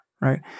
right